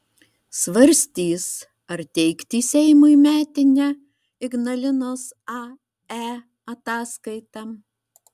svarstys ar teikti seimui metinę ignalinos ae ataskaitą